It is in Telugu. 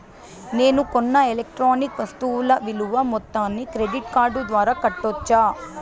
నేను కొన్న ఎలక్ట్రానిక్ వస్తువుల విలువ మొత్తాన్ని క్రెడిట్ కార్డు ద్వారా కట్టొచ్చా?